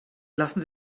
lassen